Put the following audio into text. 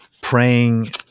praying